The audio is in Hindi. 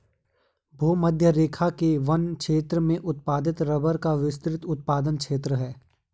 भूमध्यरेखा के वन क्षेत्र में उत्पादित रबर का विस्तृत उत्पादन क्षेत्र है